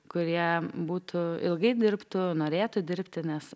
kurie būtų ilgai dirbtų norėtų dirbti nes